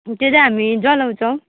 त्यो चाहिँ हामी जलाउँछौँ